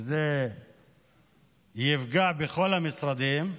וזה יפגע בכל המשרדים,